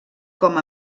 com